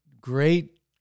great